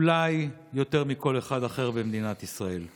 אולי יותר מכל אחד אחר במדינת ישראל,